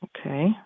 Okay